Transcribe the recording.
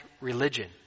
religion